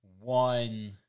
one